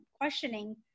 questioning